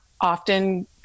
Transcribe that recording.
often